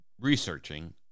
researching